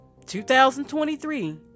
2023